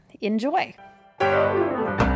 enjoy